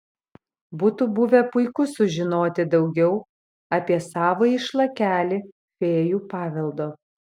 būtų buvę puiku sužinoti daugiau apie savąjį šlakelį fėjų paveldo